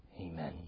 Amen